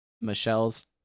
Michelle's